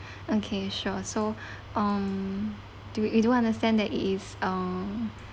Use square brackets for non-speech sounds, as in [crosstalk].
okay sure so [breath] um do we do understand that it is uh